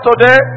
today